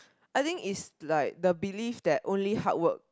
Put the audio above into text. I think is like the beliefs that only hardwork